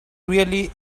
really